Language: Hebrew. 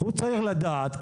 הוא צריך לדעת,